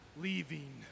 leaving